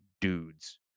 dudes